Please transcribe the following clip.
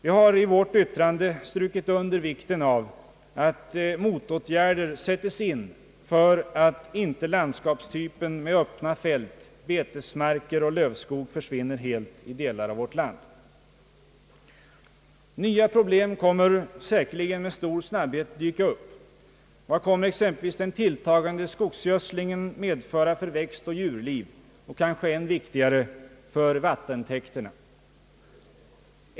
Vi har i vårt yttrande strukit under vikten av att motåtgärder sätts in för att inte landskapsiypen med öppna fält, betesmarker och lövskog försvinner helt i delar av vårt land. Nya problem kommer säkerligen med stor snabbhet att dyka upp. Vad kommer exempelvis den tilltagande skogsgödslingen att medföra för växtoch djurliv och kanske än viktigare för vattentäkterna?